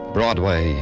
Broadway